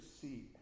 see